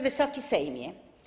Wysoki Sejmie!